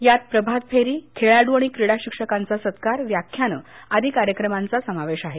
यात प्रभातफेरी खेळाडू आणि क्रीडा शिक्षकांचा सत्कार व्याख्यान आदी कार्यक्रमांचा समावेश आहे